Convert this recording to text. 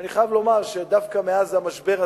ואני חייב לומר שדווקא מאז המשבר הזה,